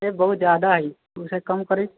rate बहुत जादा हइ ओहिसँ कम करू